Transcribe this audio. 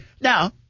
now